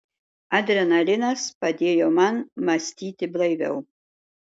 adrenalinas padėjo man mąstyti blaiviau